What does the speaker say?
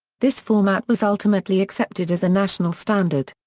this format was ultimately accepted as a national standard.